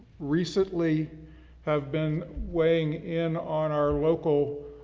recently have been weighing in on our local,